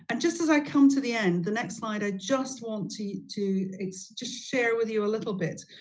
and just as i come to the end, the next slide i just want to to just share with you a little bit.